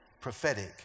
prophetic